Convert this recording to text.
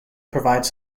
provides